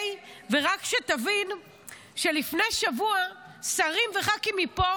ורק שתבין שלפני שבוע שרים וח"כים מפה